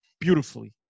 beautifully